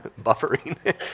buffering